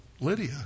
Lydia